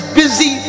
busy